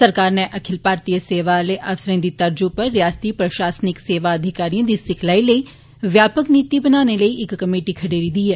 सरकार नै अखिल भारतीय सेवा आह्ले अफसरें दी तर्ज उप्पर रियासती प्रशासनिक सेवा अधिकारियें दी सिखलाई लेई ब्यापक नीति बनाने लेई इक कमेटी खड़ेरी दी ही